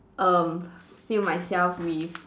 um fill myself with